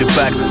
back